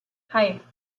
hei